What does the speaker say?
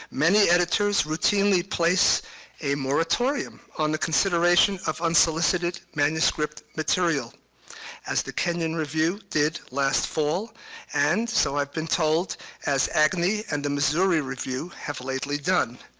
many editors routinely place a moratorium on the consideration of unsolicited manuscript material as the kenyon review did last fall and so i've been told as agni and the missouri review have lately done.